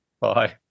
Bye